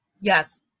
Yes